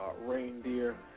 reindeer